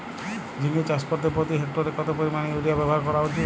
ঝিঙে চাষ করতে প্রতি হেক্টরে কত পরিমান ইউরিয়া ব্যবহার করা উচিৎ?